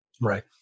Right